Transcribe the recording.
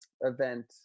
event